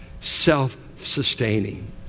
self-sustaining